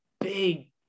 big